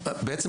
בעצם,